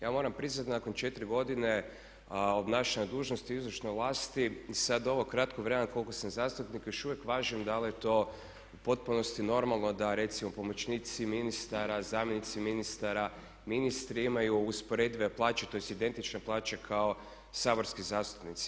Ja moram priznati nakon 4 godine obnašanja dužnosti u izvršnoj vlasti i sad ovog kratkog vremena koliko sam zastupnik još uvijek važem da li je to u potpunosti normalno da recimo pomoćnici ministara, zamjenici ministara, ministri imaju usporedive plaće tj. identične plaće kao saborski zastupnici.